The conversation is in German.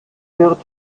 wird